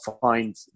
find